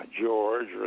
George